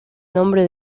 nombre